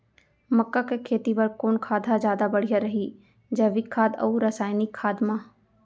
मक्का के खेती बर कोन खाद ह जादा बढ़िया रही, जैविक खाद अऊ रसायनिक खाद मा?